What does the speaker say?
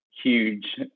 Huge